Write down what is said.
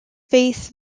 faith